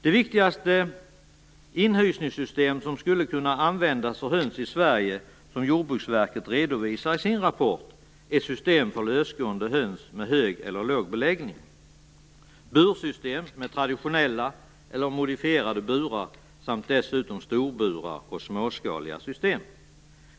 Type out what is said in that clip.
De viktigaste inhysningssystem som skulle kunna användas för höns i Sverige som Jordbruksverket redovisar i sin rapport är system för lösgående höns med hög eller låg beläggning, bursystem med traditionella eller modifierade burar samt dessutom storburar och småskaliga system.